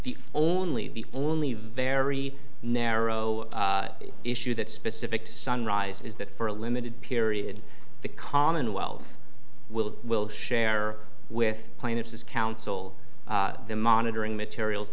the only the only very narrow issue that specific to sunrise is that for a limited period the commonwealth will will share with plaintiffs as counsel the monitoring materials